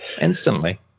instantly